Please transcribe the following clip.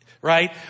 right